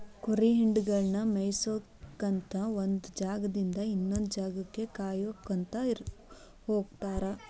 ಕುರಿ ಹಿಂಡಗಳನ್ನ ಮೇಯಿಸ್ಕೊತ ಒಂದ್ ಜಾಗದಿಂದ ಇನ್ನೊಂದ್ ಜಾಗಕ್ಕ ಕಾಯ್ಕೋತ ಹೋಗತಾರ